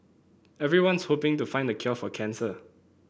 everyone's hoping to find the cure for cancer